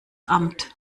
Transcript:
amt